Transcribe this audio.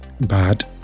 bad